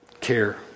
Care